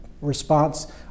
response